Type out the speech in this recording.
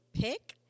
pick